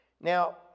Now